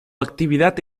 actividad